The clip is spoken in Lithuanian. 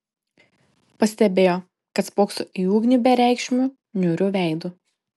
pastebėjo kad spokso į ugnį bereikšmiu niūriu veidu